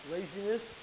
Laziness